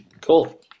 Cool